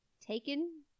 taken